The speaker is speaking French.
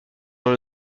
dans